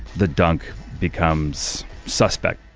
the dunk becomes suspect